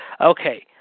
Okay